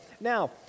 Now